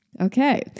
Okay